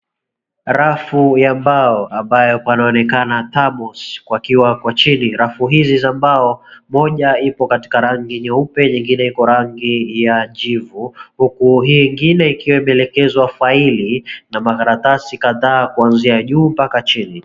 Rafu ya mbau ambapo panaonekana thermos pakiwa chini. Rafu hizi za mbao, moja iko katika rangi nyeupe ingine iko rangi ya jivu huku hii ingine ikiwa imeekezwa faili na makaratasi kadhaa kuanzia juu mbaka chini.